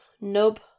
Nope